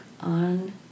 on